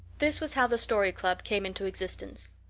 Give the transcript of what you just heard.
this was how the story club came into existence.